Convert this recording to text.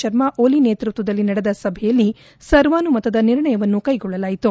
ಶರ್ಮಾಒಲಿ ನೇತೃತ್ವದಲ್ಲಿ ನಡೆದ ಸಭೆಯಲ್ಲಿ ಸರ್ವಾನುಮತದ ನಿರ್ಣಯವನ್ನು ಕೈಗೊಳ್ಳಲಾಯಿತು